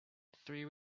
three